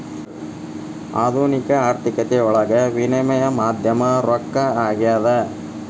ಆಧುನಿಕ ಆರ್ಥಿಕತೆಯೊಳಗ ವಿನಿಮಯ ಮಾಧ್ಯಮ ರೊಕ್ಕ ಆಗ್ಯಾದ